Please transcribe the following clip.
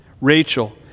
Rachel